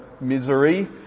misery